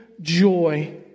joy